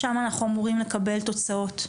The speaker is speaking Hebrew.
שם אנחנו אמורים לקבל תוצאות,